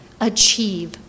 achieve